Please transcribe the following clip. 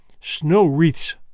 snow-wreaths